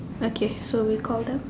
okay so we call them